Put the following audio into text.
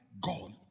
God